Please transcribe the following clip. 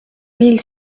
mille